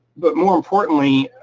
but more importantly,